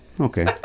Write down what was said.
Okay